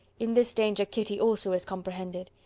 in this danger kitty also is comprehended.